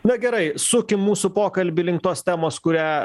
na gerai sukim mūsų pokalbį link tos temos kurią